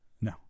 No